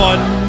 One